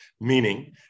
meaning